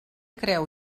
creu